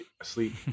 asleep